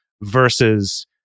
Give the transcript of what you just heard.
versus